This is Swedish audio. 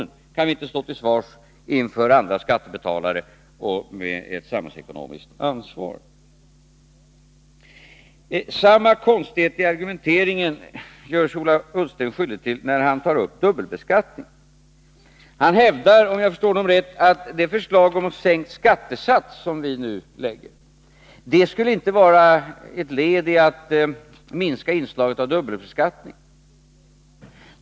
Det kan vi inte acceptera med hänsyn till andra skattebetalare och vårt samhällsekonomiska ansvar. Samma konstighet i argumenteringen gör sig Ola Ullsten skyldig till när han tar upp dubbelbeskattningen. Han hävdar — om jag förstod honom rätt — att det förslag om sänkt skattesats som vi nu lägger fram inte skulle vara ett led i strävandena att minska inslaget av dubbelbeskattning.